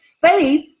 faith